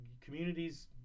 communities